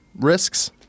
risks